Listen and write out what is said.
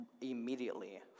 immediately